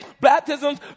baptisms